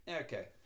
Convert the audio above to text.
Okay